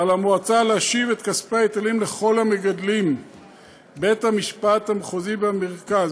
ועל המועצה להשיב את כספי ההיטלים לכל המגדלים (בית-המשפט המחוזי מרכז).